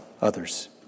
others